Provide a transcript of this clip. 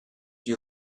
you